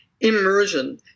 immersion